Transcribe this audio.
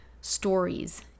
stories